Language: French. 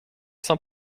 sans